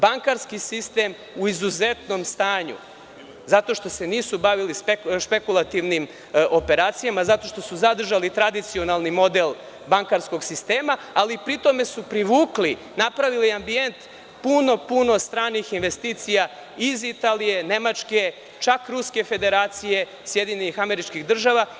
Bankarski sistem je u izuzetnom stanju, zato što se nisu bavili spekulativnim operacijama, zato što su zadržali tradicionalni model bankarskog sistema, ali pri tom su privukli, napravili ambijent, puno stranih investicija iz Italije, Nemačke, čak Ruske Federacije, SAD.